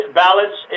ballots